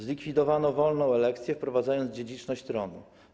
Zlikwidowano wolną elekcję, wprowadzając dziedziczność tronu.